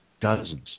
Dozens